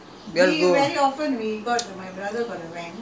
family all we will go with the family lah not like you all